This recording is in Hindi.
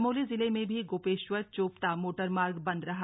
चमोली जिले में भी गोपेश्वर चोपता मोटरमार्ग बंद रहा